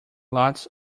lots